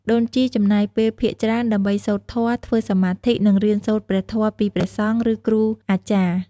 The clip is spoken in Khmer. ដូនជីចំណាយពេលភាគច្រើនដើម្បីសូត្រធម៌ ធ្វើសមាធិ និងរៀនសូត្រព្រះធម៌ពីព្រះសង្ឃ ឬគ្រូអាចារ្យ។